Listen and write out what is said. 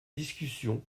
discussion